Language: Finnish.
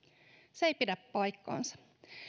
se ei pidä paikkaansa